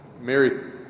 Mary